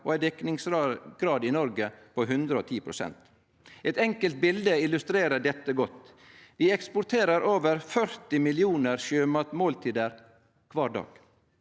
og ein dekningsgrad i Noreg på 110 pst. Eit enkelt bilete illustrerer dette godt. Vi eksporterer over 40 millionar sjømatmåltid kvar dag.